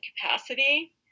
capacity